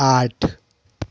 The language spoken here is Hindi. आठ